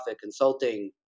consulting